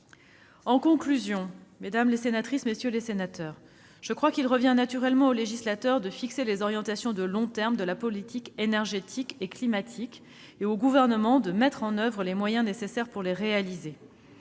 vous sur ces sujets. Mesdames, messieurs les sénateurs, je crois qu'il revient naturellement au législateur de fixer les orientations de long terme de la politique énergétique et climatique et au Gouvernement de mettre en oeuvre les moyens nécessaires pour les réaliser.